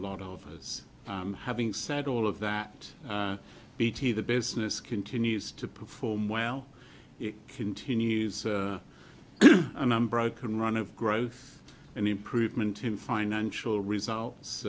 lot of us having said all of that bt the business continues to perform well it continues and i'm broke and run of growth and improvement in financial results